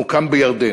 המוקם בירדן.